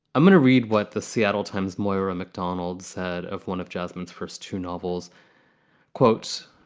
i'm going to read what the seattle times moira macdonald said of one of jasmine's first two novels quotes,